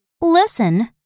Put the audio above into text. Listen